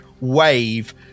wave